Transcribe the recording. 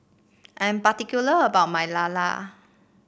I'm particular about my lala